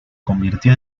convirtió